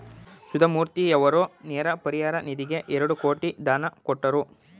ಸುಧಾಮೂರ್ತಿಯವರು ನೆರೆ ಪರಿಹಾರ ನಿಧಿಗೆ ಎರಡು ಕೋಟಿ ದಾನ ಕೊಟ್ಟರು